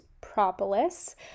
propolis